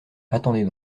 attendez